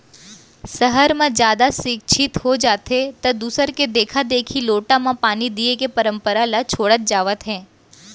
सहर म जादा सिक्छित हो जाथें त दूसर के देखा देखी लोटा म पानी दिये के परंपरा ल छोड़त जावत हें